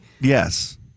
Yes